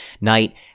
Night